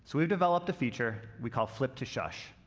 so we've developed a feature we call flip to shush,